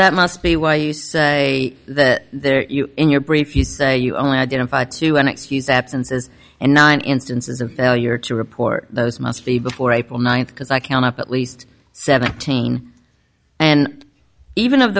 that must be why you say that there in your brief you say you only identify to an excuse absences and nine instances of failure to report those must be before april ninth because i count up at least seventeen and even of